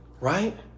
right